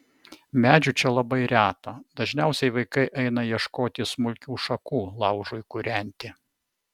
medžių čia labai reta dažniausiai vaikai eina ieškoti smulkių šakų laužui kūrenti